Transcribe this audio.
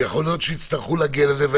ויכול להיות שיצטרכו להגיע לזה.